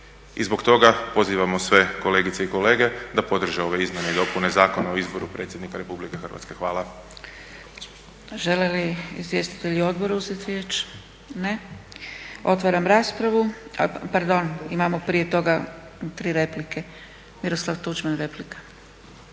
i zbog toga pozivamo sve kolegice i kolege da podrže ove izmjene i dopune Zakona o izboru Predsjednika Republike Hrvatske. Hvala. **Zgrebec, Dragica (SDP)** Žele li izvjestitelji odbora uzeti riječ? Ne. Otvaram raspravu. Pardon, imamo prije toga tri replike. Miroslav Tuđman, replika.